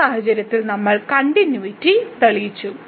ആ സാഹചര്യത്തിൽ നമ്മൾ കണ്ടിന്യൂയിറ്റി തെളിയിച്ചു